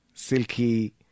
silky